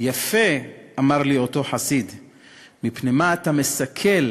יפה אמר לי אותו חסיד מפני מה אתה מסקל